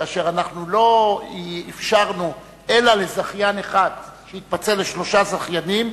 כאשר לא אפשרנו אלא לזכיין אחד שיתפצל לשלושה זכיינים,